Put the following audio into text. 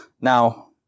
Now